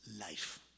life